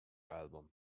album